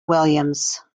williams